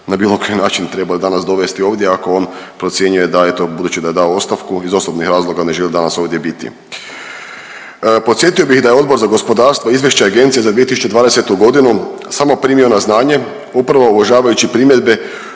na bilo koji način trebali danas dovesti ovdje ako on procjenjuje da je to, budući da je dao ostavku iz osobnih razloga ne želi danas ovdje biti. Podsjetio bih da je Odbor za gospodarstvo Izvješće agencije za 2020. godinu samo primio na znanje upravo uvažavajući primjedbe